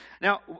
Now